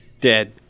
Dead